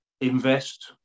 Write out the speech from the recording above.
invest